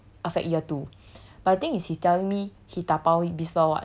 so I didn't think of affect year two